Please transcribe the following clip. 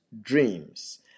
dreams